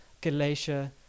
Galatia